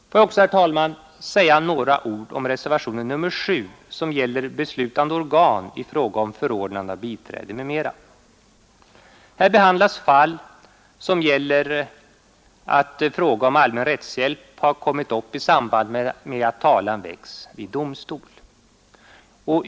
Får jag också, herr talman, säga några ord om reservationen 7, som gäller beslutande organ i fråga om förordnande av biträde m.m. Här behandlas fall som gäller att fråga om allmän rättshjälp har uppkommit i samband med att talan väckts vid domstol.